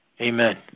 Amen